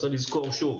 צריך לזכור שוב,